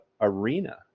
arena